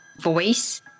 voice